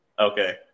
Okay